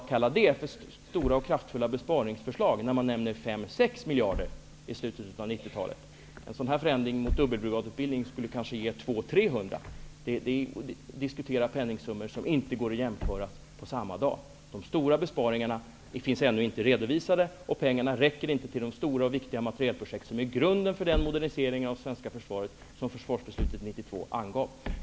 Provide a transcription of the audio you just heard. Ni kallar 5--6 miljarder i slutet av 90-talet för stora besparingsförslag. En förändring mot dubbelbrigadutbildning skulle kanske ge 200--300 miljoner kronor. Det här är att diskutera penningsummor som inte kan jämföras under samma dag. De stora besparingarna är ännu inte redovisade. Pengarna räcker inte till de stora och viktiga materielprojekt som är grunden för den modernisering av svenska försvaret som angavs i försvarsbeslutet 1992.